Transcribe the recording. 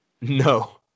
No